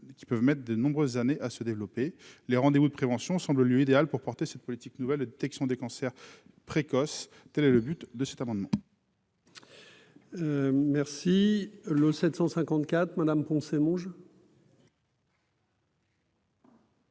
qui peuvent mettre de nombreuses années à se développer, les rendez-vous de prévention semble le lieu idéal pour porter cette politique nouvelle et détection des cancers précoces telle le but de cet amendement. Merci le 754 Me Poncet Monge.